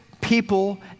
people